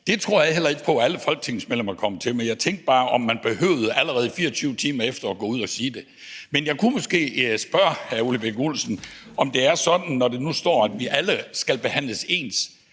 Det tror jeg heller ikke på at alle folketingsmedlemmer kommer til, men jeg tænkte bare, om man behøvede at gå ud og sige det allerede 24 timer efter. Men jeg kunne måske spørge hr. Ole Birk Olesen, om det er sådan, når der nu står, at vi alle skal behandles ens,